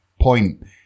point